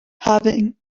having